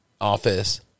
Office